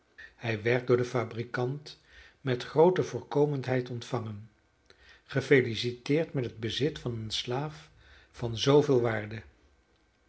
hij werd door den fabrikant met groote voorkomendheid ontvangen gefeliciteerd met het bezit van een slaaf van zooveel waarde